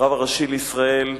הרב הראשי לישראל לשעבר,